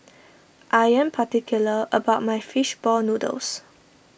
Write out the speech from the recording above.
I am particular about my Fish Ball Noodles